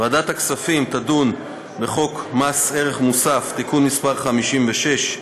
ועדת הכספים תדון בחוק מס ערך מוסף (תיקון מס' 56),